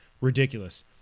ridiculous